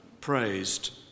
praised